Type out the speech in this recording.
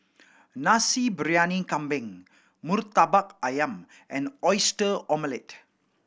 Nasi Briyani Kambing Murtabak Ayam and Oyster Omelette